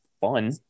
fun